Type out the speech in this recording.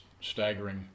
staggering